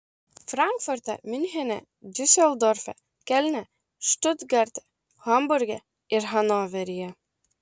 frankfurte miunchene diuseldorfe kelne štutgarte hamburge ir hanoveryje